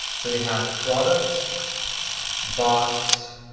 so we have product box,